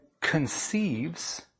conceives